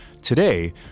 Today